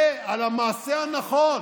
ועל המעשה הנכון,